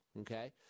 okay